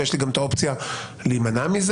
ויש לי גם את האופציה להימנע מזה,